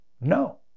no